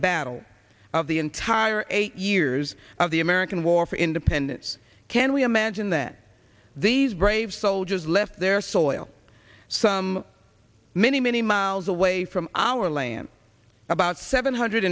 battle of the entire eight years of the american war for independence can we imagine that these brave soldiers left their soil some many many miles away from our land about seven hundred